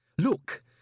Look